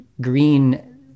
green